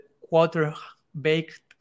quarter-baked